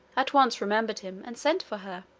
at once remembered him, and sent for her.